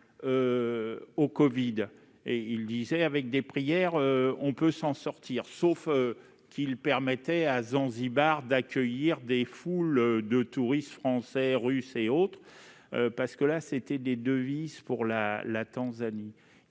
il